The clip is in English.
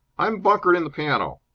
i'm bunkered in the piano.